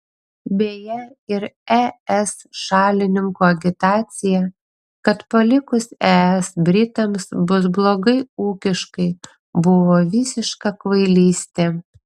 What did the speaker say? beje ir es šalininkų agitacija kad palikus es britams bus blogai ūkiškai buvo visiška kvailystė